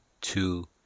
two